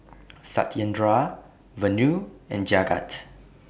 Satyendra Vanu and Jagat